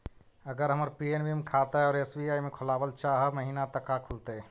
अगर हमर पी.एन.बी मे खाता है और एस.बी.आई में खोलाबल चाह महिना त का खुलतै?